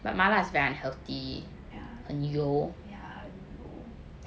ya 很油